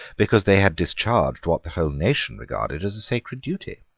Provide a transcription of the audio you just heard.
because they had discharged what the whole nation regarded as a sacred duty?